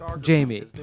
Jamie